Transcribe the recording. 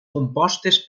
compostes